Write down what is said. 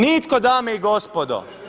Nitko dame i gospodo!